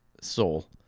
soul